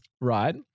right